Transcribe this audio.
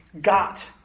got